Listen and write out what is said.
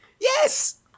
Yes